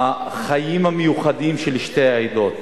בחיים המיוחדים של שתי העדות.